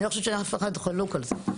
אני לא חושבת שאף אחד חלוק על זה.